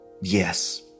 Yes